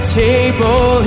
table